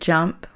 Jump